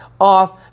off